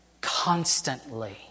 constantly